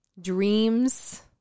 dreams